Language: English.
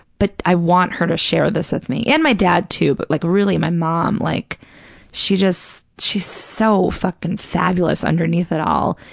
but i want her to share this with me, and my dad, too, but like really my mom, like she just, she's so fuckin' fabulous underneath it all,